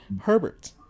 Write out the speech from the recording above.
Herbert